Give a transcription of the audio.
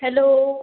hello